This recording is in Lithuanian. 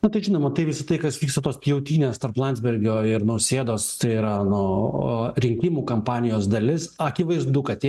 na tai žinoma tai visa tai kas vyksta tos pjautynės tarp landsbergio ir nausėdos tai yra nu rinkimų kampanijos dalis akivaizdu kad